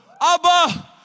Abba